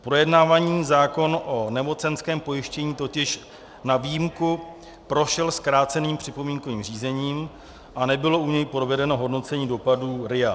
Projednávaný zákon o nemocenském pojištění totiž na výjimku prošel zkráceným připomínkovým řízením a nebylo u něj provedeno hodnocení dopadů RIA.